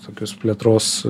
tokius plėtros